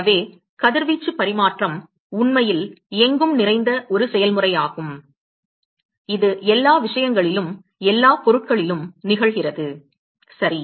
எனவே கதிர்வீச்சு பரிமாற்றம் உண்மையில் எங்கும் நிறைந்த ஒரு செயல்முறையாகும் இது எல்லா விஷயங்களிலும் எல்லா பொருட்களிலும் நிகழ்கிறது சரி